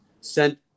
sent